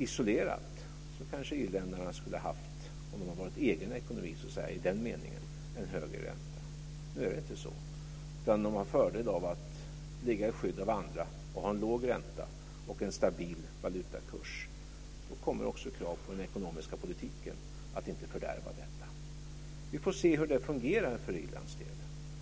Isolerat skulle Irland kanske ha haft, om de hade haft en egen ekonomi i den meningen, en högre ränta. Nu är det inte så, utan de drar fördel av att ligga i skydd av andra och ha en låg ränta och en stabil valutakurs. Då kommer också kraven på den ekonomiska politiken, att inte fördärva detta. Vi får se hur det fungerar för Irlands del.